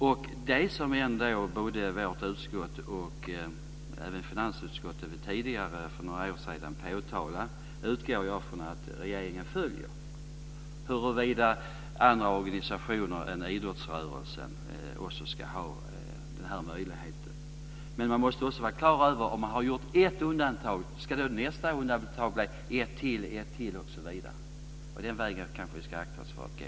Jag utgår från att det som utskottet har påtalat och finansutskottet för några år sedan påtalade följs av regeringen, dvs. huruvida andra organisationer än idrottsrörelsen också ska ha den möjligheten. Man måste vara klar över frågan: Om ett undantag har gjorts, ska det sedan bli ett till, ett till osv.? Den vägen ska vi kanske akta oss för att gå.